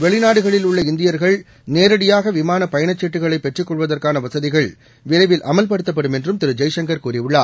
வெளிநாடுகளில் உள்ள இந்தியர்கள் நேரடியாக விமான பயணச் சீட்டுக்களை பெற்றுக் கொள்வதற்கான வசதிகள் விரைவில் அமல்படுத்தப்படும் என்றும் திரு ஜெய்சங்கள் கூறியுள்ளார்